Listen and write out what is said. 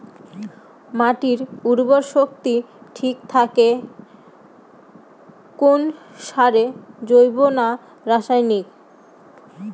মাটির উর্বর শক্তি ঠিক থাকে কোন সারে জৈব না রাসায়নিক?